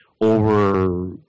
Over